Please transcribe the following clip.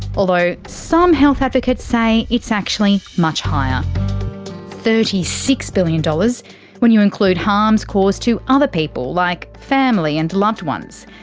although some health advocates say it's actually much higher thirty six billion dollars when you include harms caused to other people like family and loved ones.